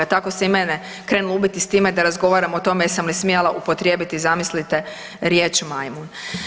Tako se i mene krenulo ubiti s time da razgovaramo o tome jesam li smjela upotrijebiti, zamislite, riječ „majmun“